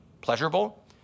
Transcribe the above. pleasurable